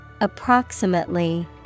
Approximately